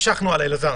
טלפון.